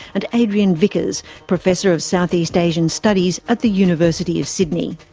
and adrian vickers, professor of southeast asian studies at the university of sydney.